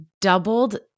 doubled